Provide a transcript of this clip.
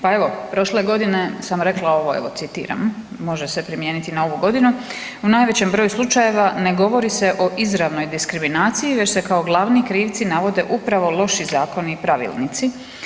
Pa evo prošle godine sam rekla ovo citiram, može se promijeniti na ovu godinu „U najvećem broju slučajeva ne govori se o izravnoj diskriminaciji već se kao glavni krivci navode upravo loši zakoni i pravilnici.